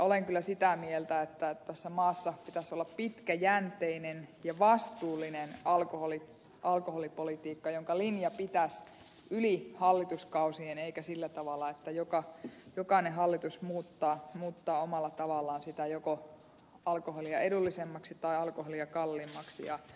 olen kyllä sitä mieltä että tässä maassa pitäisi olla pitkäjänteinen ja vastuullinen alkoholipolitiikka jonka linja pitäisi yli hallituskausien eikä sillä tavalla että jokainen hallitus muuttaa omalla tavallaan sitä joko alkoholia edullisemmaksi tai alkoholia kalliimmaksi